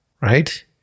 right